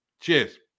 Cheers